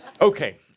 Okay